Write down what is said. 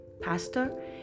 pastor